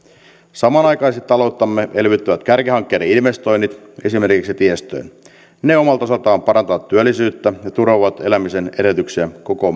samanaikaisesti talouttamme elvyttävät kärkihankkeiden investoinnit esimerkiksi tiestöön ne omalta osaltaan parantavat työllisyyttä ja turvaavat elämisen edellytyksiä koko